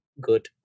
good